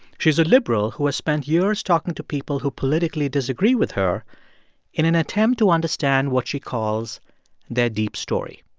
she's a liberal who has spent years talking to people who politically disagree with her in an attempt to understand what she calls their deep story.